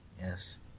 Yes